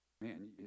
man